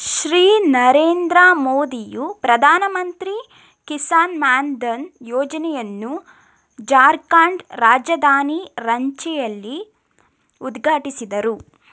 ಶ್ರೀ ನರೇಂದ್ರ ಮೋದಿಯು ಪ್ರಧಾನಮಂತ್ರಿ ಕಿಸಾನ್ ಮಾನ್ ಧನ್ ಯೋಜನೆಯನ್ನು ಜಾರ್ಖಂಡ್ ರಾಜಧಾನಿ ರಾಂಚಿಯಲ್ಲಿ ಉದ್ಘಾಟಿಸಿದರು